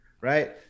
Right